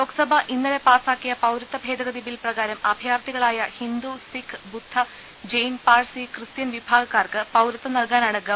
ലോക്സഭ ഇന്നലെ പാസ്സാ ക്കിയ പൌരത്വ ഭേദഗതി ബിൽ പ്രകാരം അഭയാർത്ഥികളായ ഹിന്ദു സിഖ് ബുദ്ധ ജെയ്ൻ പാഴ്സി കൃസ്ത്യൻ വിഭാഗക്കാർക്ക് പൌരത്വം നൽകാനാണ് ഗവ